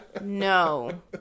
No